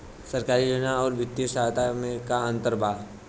सरकारी योजना आउर वित्तीय सहायता के में का अंतर बा?